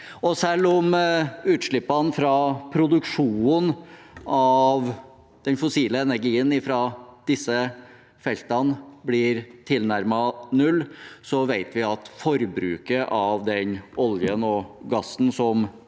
Selv om utslippene fra produksjonen av den fossile energien fra disse feltene blir tilnærmet null, vet vi at forbruket av den oljen og gassen som